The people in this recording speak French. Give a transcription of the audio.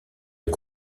est